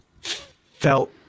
felt